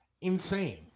insane